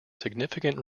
significant